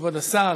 כבוד השר,